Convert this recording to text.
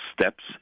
steps